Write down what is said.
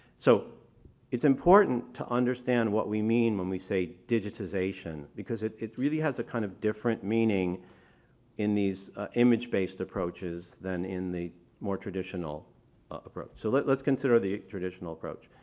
so it's important to understand what we mean when we say digitization because it it really has a kind of different meaning in these image-based approaches than in the more traditional approach. so let let's consider the traditional approach.